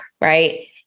Right